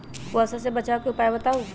कुहासा से बचाव के उपाय बताऊ?